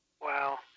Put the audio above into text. Wow